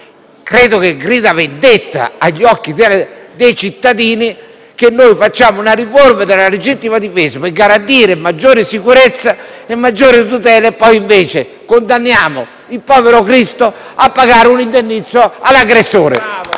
credo che gridi vendetta agli occhi dei cittadini il fatto che noi facciamo una riforma della legittima difesa per garantire maggiore sicurezza e maggiore tutela e poi invece condanniamo il povero Cristo a pagare un indennizzo all'aggressore.